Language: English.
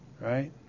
Right